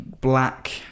black